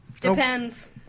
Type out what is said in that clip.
Depends